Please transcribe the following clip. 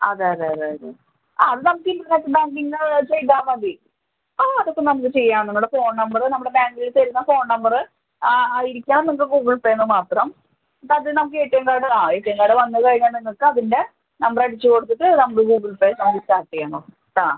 അതെ അതെ അതെ അതെ ആ അത് നമുക്ക് ഇൻ്റെർനെറ്റ് ബാങ്കിൻ്റെ ചെയ്താൽമതി ആ അതിപ്പോൾ നമുക്ക് ചെയ്യാം നിങ്ങളുടെ ഫോൺ നമ്പറ് നമ്മുടെ ബാങ്കിൽ തരുന്ന ഫോൺ നമ്പറ് ആ ആയിരിക്കാം നമുക്ക് ഗൂഗിൾ പേയെന്ന് മാത്രം അപ്പം അത് നമുക്ക് എ ടി എം കാർഡ് ആ എ ടി എം കാർഡ് വന്നു കയിഞ്ഞാൽ നിങ്ങൾക്ക് അതിൻ്റ നമ്പർ അടിച്ച് കൊടിത്തിട്ട് ഗൂഗിൾ പേ നമുക്ക് സ്റ്റാർട്ട് ചെയ്യാമെന്ന് ആ